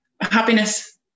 happiness